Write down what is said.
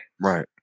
Right